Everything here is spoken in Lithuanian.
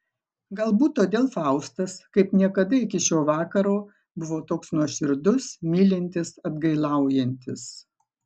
galbūt todėl faustas kaip niekada iki šio vakaro buvo toks nuoširdus mylintis atgailaujantis